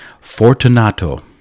Fortunato